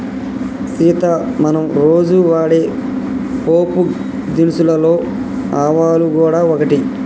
సీత మనం రోజు వాడే పోపు దినుసులలో ఆవాలు గూడ ఒకటి